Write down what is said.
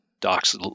doc's